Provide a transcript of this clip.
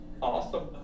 Awesome